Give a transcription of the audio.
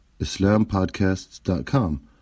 islampodcasts.com